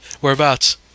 Whereabouts